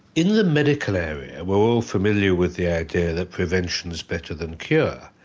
in the medical area, we're all familiar with the idea that prevention's better than cure.